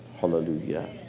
Hallelujah